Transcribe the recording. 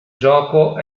gioco